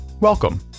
Welcome